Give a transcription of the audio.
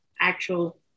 actual